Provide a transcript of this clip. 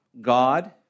God